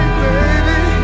baby